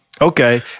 okay